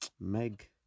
Meg